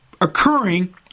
occurring